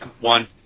one